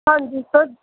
ਹਾਂਜੀ ਸਰ